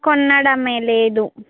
కొనడమే లేదు